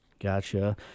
Gotcha